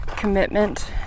commitment